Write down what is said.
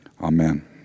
Amen